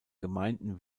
gemeinden